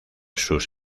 sus